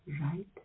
right